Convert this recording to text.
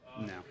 No